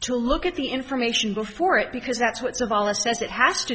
to look at the information before it because that's what savalas says it has to